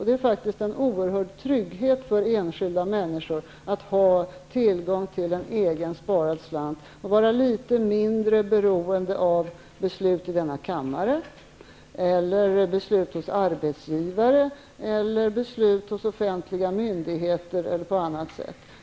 Det är faktiskt en oerhörd trygghet för enskilda människor att ha tillgång till en egen sparad slant och att vara litet mindre beroende av beslut i denna kammare, beslut hos arbetsgivare eller beslut hos offentliga myndigheter eller på annat sätt.